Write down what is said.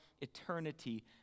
eternity